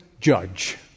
judge